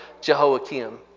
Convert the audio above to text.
Jehoiakim